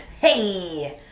hey